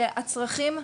שהצרכים,